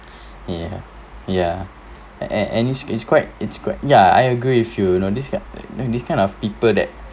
ya ya and and it's it's quite it's quite ya I agree with you you know this ki~ this kind of people that